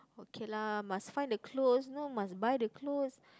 okay lah must find the clothes you know must buy the clothes